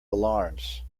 alarms